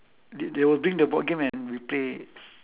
they they will bring the board game and we play